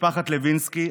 משפחת לוינסקי,